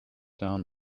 down